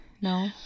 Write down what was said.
No